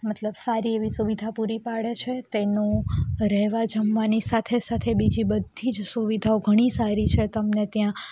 મતલબ સારી એવી સુવિધા પૂરી પાડે છે તેનું રહેવા જમવાની સાથે સાથે બીજી બધી જ સુવિધાઓ ઘણી જ સારી છે તમને ત્યાં